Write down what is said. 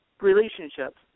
relationships